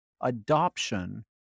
adoption